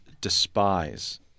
despise